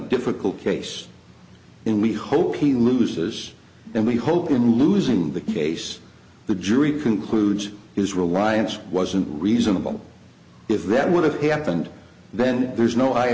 difficult case and we hope he loses and we hope in losing the case the jury concludes his reliance wasn't reasonable if that would have happened then there's no i